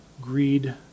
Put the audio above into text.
greed